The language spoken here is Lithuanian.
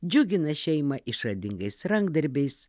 džiugina šeimą išradingais rankdarbiais